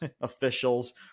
officials